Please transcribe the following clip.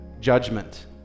judgment